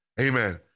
Amen